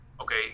okay